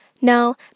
No